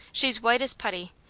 she's white as putty,